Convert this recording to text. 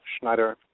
Schneider